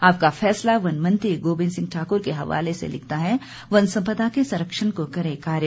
आपका फैसला वन मंत्री गोबिंद ठाकुर के हवाले से लिखता है वन संपदा के संरक्षण को करे कार्य